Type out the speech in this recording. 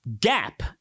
gap